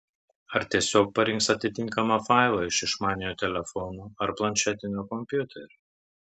ar tiesiog parinks atitinkamą failą iš išmaniojo telefono ar planšetinio kompiuterio